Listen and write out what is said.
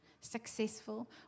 successful